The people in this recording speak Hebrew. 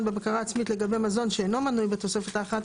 בבקרה עצמית לגבי מזון שאינו מנוי בתוספת האחת